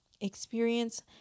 experience